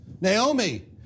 Naomi